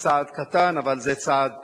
זה צעד קטן, אבל זה צעד